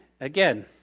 again